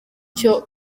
cyo